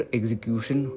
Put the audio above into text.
execution